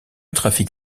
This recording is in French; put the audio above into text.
trafic